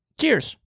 cheers